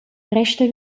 resta